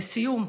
לסיום,